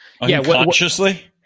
Unconsciously